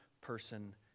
person